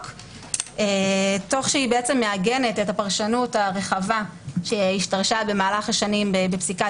תוך שהיא מעגנת את הפרשנות הרחבה שהשתרשה במהלך השנים בפסיקת